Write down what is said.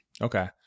Okay